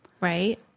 Right